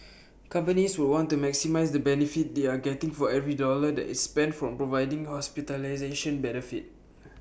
companies would want to maximise the benefit they are getting for every dollar that is spent from providing hospitalisation benefit